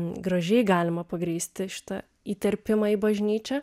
gražiai galima pagrįsti šitą įterpimą į bažnyčią